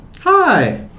Hi